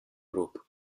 group